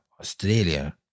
Australia